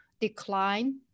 decline